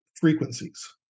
frequencies